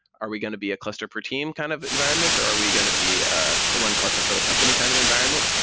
are we going to be a cluster per team kind of environment or are we going to be a one cluster for the company kind of environment?